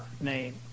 name